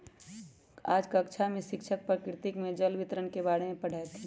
आज कक्षा में शिक्षक प्रकृति में जल वितरण के बारे में पढ़ईथीन